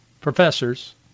professors